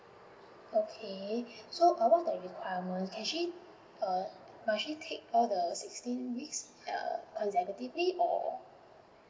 okay so err what are the requirement can she must she take all the sixteen weeks eh consecutively or